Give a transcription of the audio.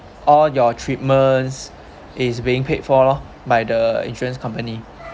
all your treatments is being paid for loh by the insurance company